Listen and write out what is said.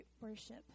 worship